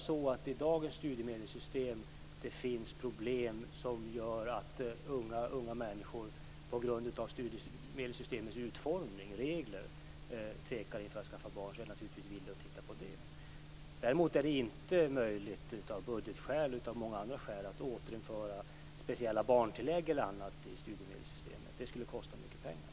Om det i dagens studiemedelssystem finns problem som gör att unga människor på grund av studiemedelssystemets utformning och regler tvekar att skaffa barn är jag naturligtvis villig att titta på det. Däremot är det av budgetskäl och många andra skäl inte möjligt att återinföra speciella barntillägg e.d. i studiemedelssystemet. Det skulle kosta mycket pengar.